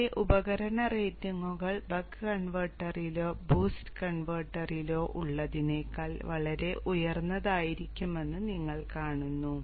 ഇവിടെ ഉപകരണ റേറ്റിംഗുകൾ ബക്ക് കൺവെർട്ടറിലോ ബൂസ്റ്റ് കൺവെർട്ടറിലോ ഉള്ളതിനേക്കാൾ വളരെ ഉയർന്നതായിരിക്കുമെന്ന് നിങ്ങൾ കാണുന്നു